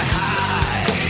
high